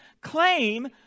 claim